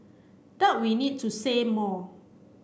doubt we need to say more